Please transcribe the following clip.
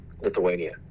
Lithuania